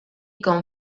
con